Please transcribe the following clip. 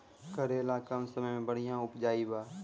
करेला कम समय मे बढ़िया उपजाई बा?